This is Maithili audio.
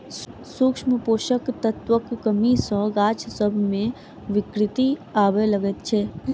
सूक्ष्म पोषक तत्वक कमी सॅ गाछ सभ मे विकृति आबय लागैत छै